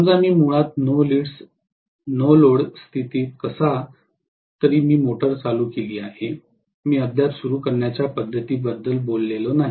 समजा मी मुळात नो लोड स्थितीत कसा तरी मी मोटर चालू केली आहे मी अद्याप सुरू करण्याच्या पद्धतींबद्दल बोललो नाही